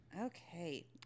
Okay